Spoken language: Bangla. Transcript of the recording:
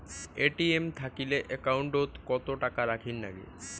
এ.টি.এম থাকিলে একাউন্ট ওত কত টাকা রাখীর নাগে?